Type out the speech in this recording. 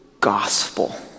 gospel